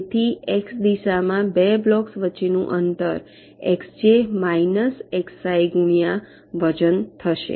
તેથી એક્સ દિશામાં બે બ્લોક્સ વચ્ચેનું અંતર એકસજે માઇનસ એક્સઆઈ ગુણ્યા વજન થશે